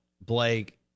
Blake